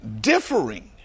differing